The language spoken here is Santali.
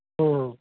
ᱦᱮᱸ ᱦᱮᱸ